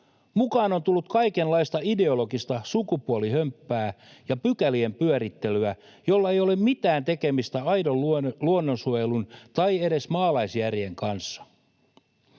Mukaan on tullut kaikenlaista ideologista sukupuolihömppää ja pykälien pyörittelyä, joilla ei ole mitään tekemistä aidon luonnonsuojelun tai edes maalaisjärjen kanssa.